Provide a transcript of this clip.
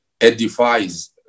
edifies